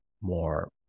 more